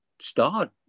start